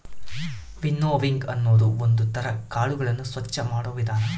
winnowing ಅನ್ನೋದು ಒಂದ್ ತರ ಕಾಳುಗಳನ್ನು ಸ್ವಚ್ಚ ಮಾಡೋ ವಿಧಾನ